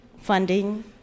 funding